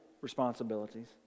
responsibilities